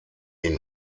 ihn